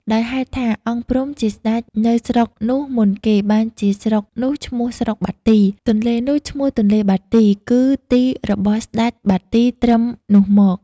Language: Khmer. ដោយហេតុថា អង្គព្រំ ជាសេ្តចនៅស្រុកនោះមុនគេ បានជាស្រុកនោះឈ្មោះ ស្រុកបាទី ទនេ្លនោះឈ្មោះទនេ្លបាទីគឺទីរបស់ស្ដេចបាទីត្រឹមនោះមក។